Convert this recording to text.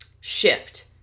Shift